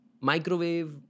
microwave